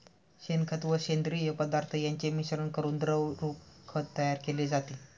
शेणखत व सेंद्रिय पदार्थ यांचे मिश्रण करून द्रवरूप खत तयार केले जाते